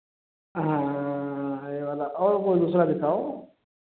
हाँ यह वाला और कोई दूसरा दिखाओ